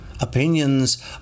Opinions